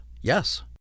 Yes